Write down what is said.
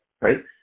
right